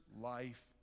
life